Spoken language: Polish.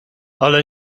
ale